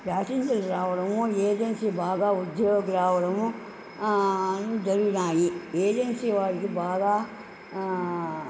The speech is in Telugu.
ప్యాసింజర్లు రావడము ఏజెన్సీ బాగా వృద్ధిలోకి రావడము జరిగినాయి ఏజెన్సీ వారికి బాగా